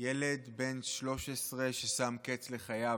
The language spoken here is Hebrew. ילד בן 13 ששם קץ לחייו,